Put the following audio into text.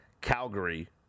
Calgary